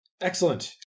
Excellent